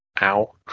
Ow